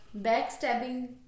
Backstabbing